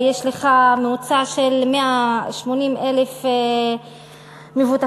יש לך ממוצע של 180,000 מבוטחים.